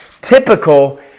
Typical